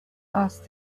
asked